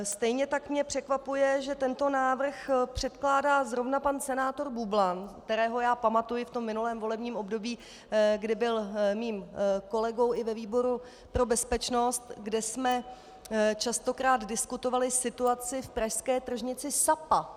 Stejně tak mě překvapuje, že tento návrh předkládá zrovna pan senátor Bublan, kterého já pamatuji v tom minulém volebním období, kdy byl mým kolegou i ve výboru pro bezpečnost, kde jsme častokrát diskutovali situaci v pražské tržnici Sapa.